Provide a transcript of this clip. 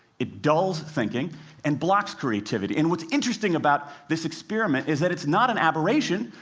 it dulls thinking and blocks creativity. and what's interesting about this experiment is that it's not an aberration.